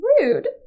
rude